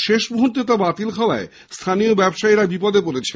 শেষ মুহূর্তে তা বাতিল হওয়ায় স্থানীয় ব্যবসায়ীরা বিপদে পড়েছেন